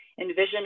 envision